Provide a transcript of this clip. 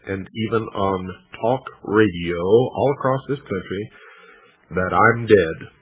and even on talk radio all across this country that i am dead.